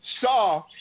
saw